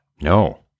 No